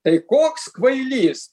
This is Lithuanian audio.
tai koks kvailys